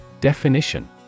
Definition